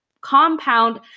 compound